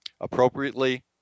appropriately